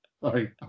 Sorry